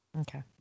okay